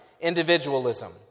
individualism